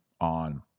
on